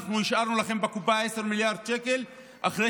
השארנו לכם בקופה 10 מיליארד שקל אחרי